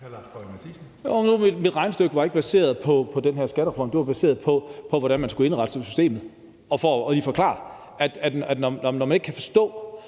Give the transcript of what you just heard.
mit regnestykke ikke baseret på den her skattereform. Det var baseret på, hvordan man skulle indrette systemet, og det var for lige at forklare det, når man ikke kan forstå,